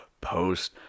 Post